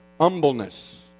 humbleness